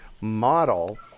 model